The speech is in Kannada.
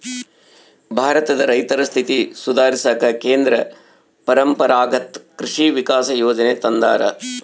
ಭಾರತದ ರೈತರ ಸ್ಥಿತಿ ಸುಧಾರಿಸಾಕ ಕೇಂದ್ರ ಪರಂಪರಾಗತ್ ಕೃಷಿ ವಿಕಾಸ ಯೋಜನೆ ತಂದಾರ